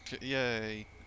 Yay